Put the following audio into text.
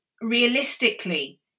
realistically